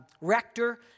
rector